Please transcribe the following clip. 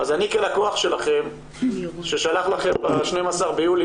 אז אני כלקוח שלכם ששלח לכם ב-12 ביולי